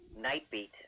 Nightbeat